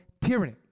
tyranny